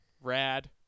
rad